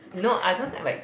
no I don't like like